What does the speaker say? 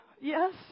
yes